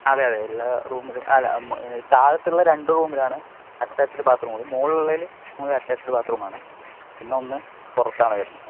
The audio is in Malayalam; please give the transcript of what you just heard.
അതെ അതെ എല്ലാ റൂമിലും അതെ താഴെത്തുള്ള രണ്ട് റൂമിലാണ് അറ്റാച്ച്ഡ് ബാത്രൂം ഉള്ളത് മുകളിലുള്ളതിൽ മൂന്ന് അറ്റാച്ച്ഡ് ബാത്രൂം ആണ് പിന്നെ ഒന്ന് പുറത്താണ് വരുന്നത്